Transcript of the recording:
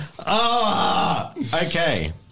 Okay